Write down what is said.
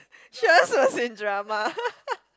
cheers was in drama